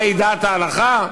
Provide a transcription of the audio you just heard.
מהי דעת הלכה,